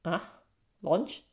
a launch